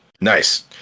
Nice